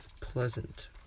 pleasant